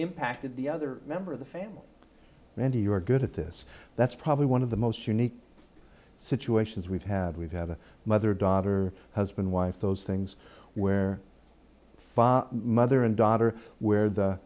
impacted the other member of the family and to your good at this that's probably one of the most unique situations we've had we've have a mother daughter husband wife those things where five mother and daughter where the